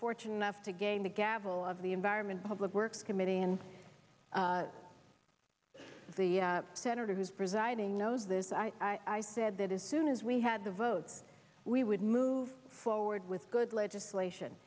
fortunate enough to gain the gavel of the environment public works committee and the senator who's presiding knows this i said that is soon as we had the vote we would move forward with good legislation